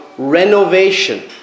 Renovation